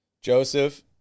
joseph